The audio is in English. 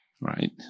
right